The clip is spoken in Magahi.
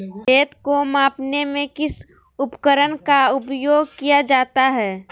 खेत को मापने में किस उपकरण का उपयोग किया जाता है?